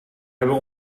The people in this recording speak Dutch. hebben